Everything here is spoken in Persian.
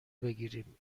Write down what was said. بگیریم